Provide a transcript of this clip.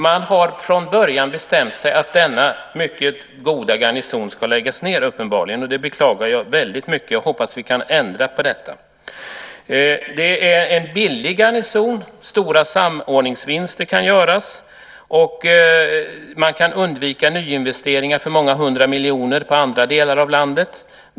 Man har uppenbarligen redan från början bestämt sig för att denna mycket goda garnison ska läggas ned, vilket jag beklagar väldigt mycket. Jag hoppas att vi kan ändra på detta. Det handlar om en billig garnison. Stora samordningsvinster kan göras. Man kan undvika nyinvesteringar för många hundra miljoner i andra delar av landet.